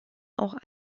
auch